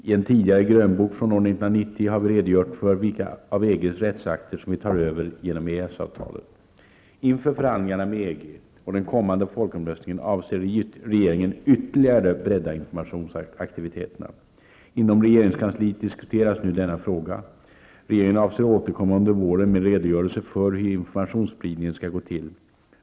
I en tidigare grönbok från år 1990 har vi redogjort för vilka av EGs rättsakter som vi tar över genom EES-avtalet. Inför förhandlingarna med EG och den kommande folkomröstningen avser regeringen ytterligare bredda informationsaktiviteterna. Inom regeringskansliet diskuteras nu denna fråga. Regeringen avser återkomma under våren med en redogörelse för hur informationsspridningen skall gå till.